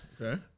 Okay